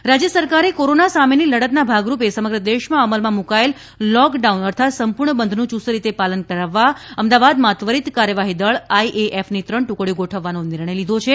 Ahmedabad RAF રાજ્ય સરકારે corona સામેની લડતના ભાગરૂપે સમગ્ર દેશમાં અમલમાં મૂકાયેલા લોકડાઉન અર્થાત સંપૂર્ણ બંધનું યૂસ્તરીતે પાલન કરાવવા અમદાવાદમાં ત્વરિત કાર્યવાહી દળ આઈએએની ત્રણ ટુકડીઓ ગોઠવવાનો નિર્ણય લીધો છે